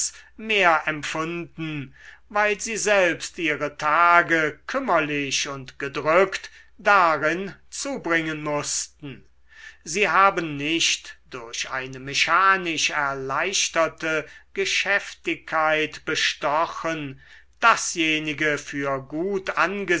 mehr empfunden weil sie selbst ihre tage kümmerlich und gedrückt darin zubringen mußten sie haben nicht durch eine mechanisch erleichterte geschäftigkeit bestochen dasjenige für gut